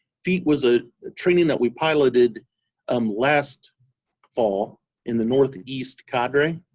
feat was a training that we piloted um last fall in the northeast cadre